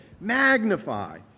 Magnify